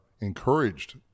encouraged